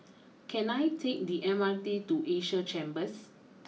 can I take the M R T to Asia Chambers